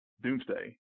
Doomsday